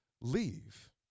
leave